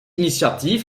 initiatief